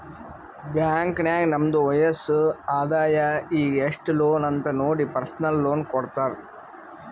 bank ನಾಗ್ ನಮ್ದು ವಯಸ್ಸ್, ಆದಾಯ ಈಗ ಎಸ್ಟ್ ಲೋನ್ ಅಂತ್ ನೋಡಿ ಪರ್ಸನಲ್ ಲೋನ್ ಕೊಡ್ತಾರ್